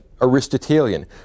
Aristotelian